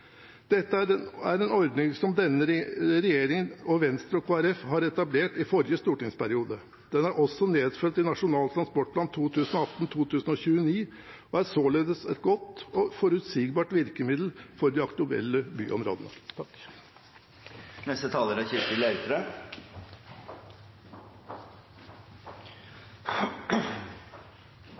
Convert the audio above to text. er en ordning som denne regjeringen og Venstre og Kristelig Folkeparti etablerte i forrige stortingsperiode. Den er også nedfelt i Nasjonal transportplan 2018–2029 og er således et godt og forutsigbart virkemiddel for de aktuelle byområdene.